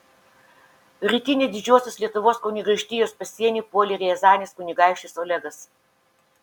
rytinį didžiosios lietuvos kunigaikštijos pasienį puolė riazanės kunigaikštis olegas